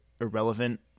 irrelevant